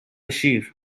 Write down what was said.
شیر